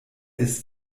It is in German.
ist